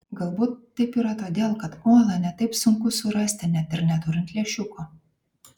galbūt taip yra todėl kad uolą ne taip sunku surasti net ir neturint lęšiuko